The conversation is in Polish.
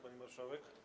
Pani Marszałek!